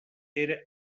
era